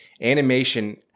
animation